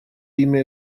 имя